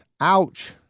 Ouch